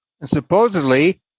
Supposedly